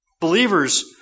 Believers